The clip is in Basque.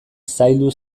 zaildu